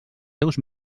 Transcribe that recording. seus